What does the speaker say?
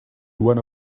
when